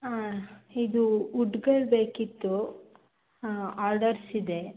ಹಾಂ ಇದು ಉಡ್ಗಳು ಬೇಕಿತ್ತು ಆರ್ಡರ್ಸ್ ಇದೆ